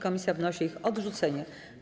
Komisja wnosi o ich odrzucenie.